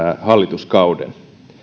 hallituskauden